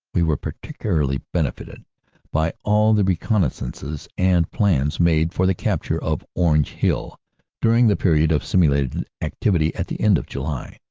we were particularly benefited by all the reconnaissances and plans made for the capture of orange hill during the period of simulated activity at the end of july.